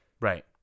Right